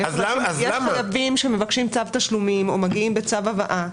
אבל יש חייבים שמבקשים צו תשלומים או מגיעים בצו הבאה.